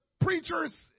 preachers